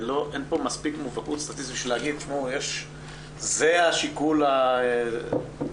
אין פה מספיק נתונים להגיד שזה השיקול האמיתי.